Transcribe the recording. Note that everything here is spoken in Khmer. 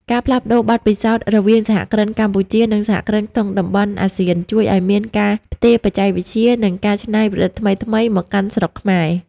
ការផ្លាស់ប្តូរបទពិសោធន៍រវាងសហគ្រិនកម្ពុជា និងសហគ្រិនក្នុងតំបន់អាស៊ាន ជួយឱ្យមានការផ្ទេរបច្ចេកវិទ្យា និងការច្នៃប្រឌិតថ្មីៗមកកាន់ស្រុកខ្មែរ។